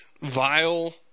vile